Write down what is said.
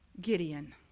Gideon